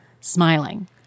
smiling